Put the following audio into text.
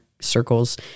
circles